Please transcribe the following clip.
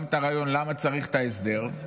גם את הרעיון למה צריך את ההסדר,